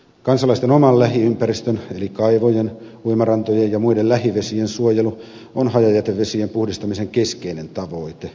kansalaisten oman lähiympäristön eli kaivojen uimarantojen ja muiden lähivesien suojelu on hajajätevesien puhdistamisen keskeinen tavoite